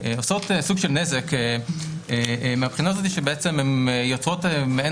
עושות סוג של נזק מהבחינה הזאת שבעצם הם יוצרות מעין